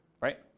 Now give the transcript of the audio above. right